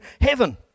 heaven